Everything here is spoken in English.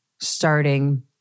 starting